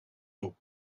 του